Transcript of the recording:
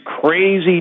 crazy